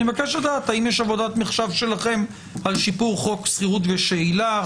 אני מבקש לדעת האם יש עבודת מחשב שלכם על שיפור חוק שכירות ושאילה,